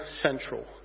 central